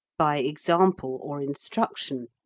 by example or instruction.